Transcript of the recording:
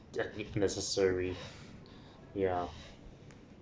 yup if necessary ya